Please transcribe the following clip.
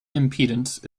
impedance